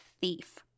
thief